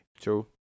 True